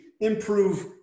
improve